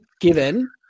given